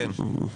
כן.